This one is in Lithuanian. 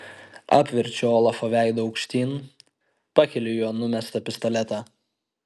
apverčiu olafą veidu aukštyn pakeliu jo numestą pistoletą